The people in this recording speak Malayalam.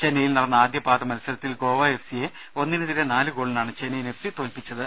ചെന്നൈയിൽ നടന്ന ആദ്യപാദ മത്സരത്തിൽ ഗോവ എഫ് സിയെ ഒന്നിനെതിരെ നാല് ഗോളിനാണ് ചെന്നൈയിൻ എഫ് സി തോൽപ്പിച്ചത്